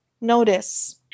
notice